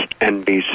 nbc